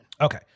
Okay